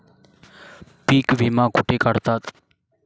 पीक विमा कुठे काढतात?